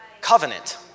covenant